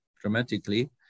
dramatically